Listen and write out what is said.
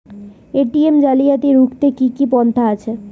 ATM জালিয়াতি রুখতে কি কি পন্থা আছে?